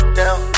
down